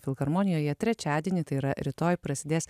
filharmonijoje trečiadienį tai yra rytoj prasidės